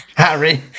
Harry